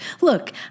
Look